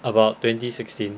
about twenty sixteen